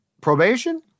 probation